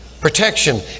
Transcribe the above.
protection